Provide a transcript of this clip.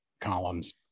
columns